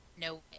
No